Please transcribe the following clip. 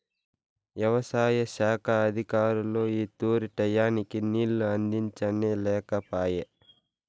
యవసాయ శాఖ అధికారులు ఈ తూరి టైయ్యానికి నీళ్ళు అందించనే లేకపాయె